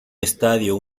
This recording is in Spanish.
estadio